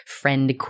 friend